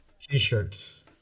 t-shirts